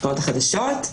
התקנות החדשות.